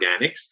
organics